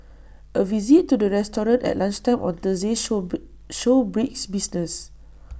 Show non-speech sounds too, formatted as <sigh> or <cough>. A visit to the restaurant at lunchtime on Thursday showed <noise> showed brisk business